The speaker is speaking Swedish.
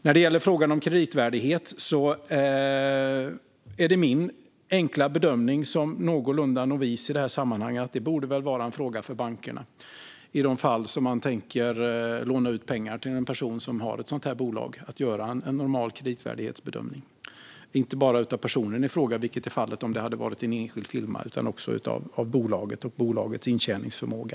När det gäller kreditvärdigheten är min enkla bedömning, som någorlunda novis i detta sammanhang, att det borde vara en fråga för bankerna i de fall som de tänker låna ut pengar till en person som har ett sådant här bolag. Det handlar om att göra en normal kreditvärdighetsbedömning inte bara av personen i fråga, vilket är fallet när det är en enskild firma, utan också av bolaget och bolagets intjäningsförmåga.